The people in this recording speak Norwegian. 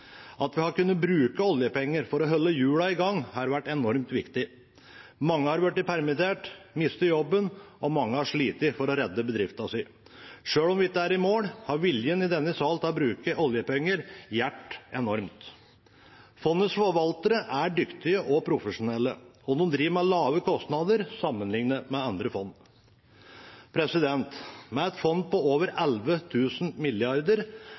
At vi har kunnet bruke oljepenger for å holde hjulene i gang, har vært enormt viktig. Mange har blitt permittert, mistet jobben og mange har slitt for å redde bedriften sin. Selv om vi ikke er i mål, har viljen i denne sal til å bruke oljepenger hjulpet enormt. Fondets forvaltere er dyktige og profesjonelle, og de driver med lave kostnader sammenlignet med andre fond. Med et fond på over 11 000 milliarder